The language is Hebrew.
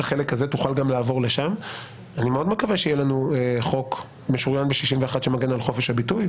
החלק הזה שיהיה לנו חוק משוריין ב-61 שמגן על חופש הביטוי,